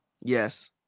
Yes